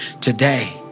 today